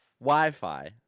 Wi-Fi